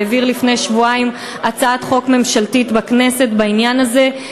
והעביר לפני שבועיים בכנסת הצעת חוק ממשלתית בעניין הזה.